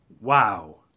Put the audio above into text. Wow